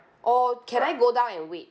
or can I go down and wait